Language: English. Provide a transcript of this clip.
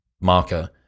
marker